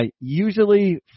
Usually